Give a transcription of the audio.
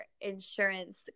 insurance